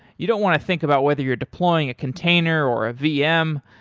you don't want to think about whether you're deploying a container or a vm,